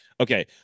okay